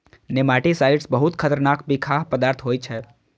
nematicides बहुत खतरनाक बिखाह पदार्थ होइ छै